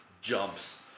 jumps